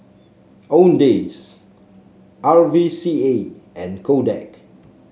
Owndays R V C A and Kodak